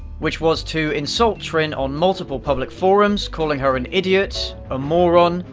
which was to insult trin on multiple public forums, calling her an idiot, a moron,